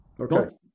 Okay